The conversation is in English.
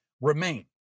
remain